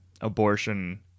abortion